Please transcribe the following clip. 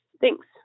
Thanks